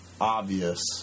obvious